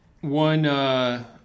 One